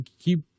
keep